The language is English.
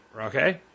Okay